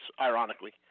ironically